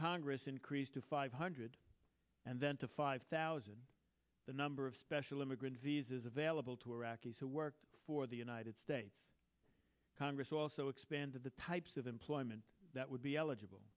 congress increased to five hundred and then to five thousand the number of special immigrant visas available to iraqis who worked for the united states congress also expanded the types of employment that would be eligible